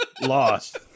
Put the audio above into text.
lost